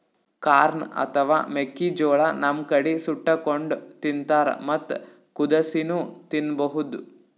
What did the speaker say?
corn ಅಥವಾ ಮೆಕ್ಕಿಜೋಳಾ ನಮ್ ಕಡಿ ಸುಟ್ಟಕೊಂಡ್ ತಿಂತಾರ್ ಮತ್ತ್ ಕುದಸಿನೂ ತಿನ್ಬಹುದ್